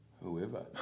whoever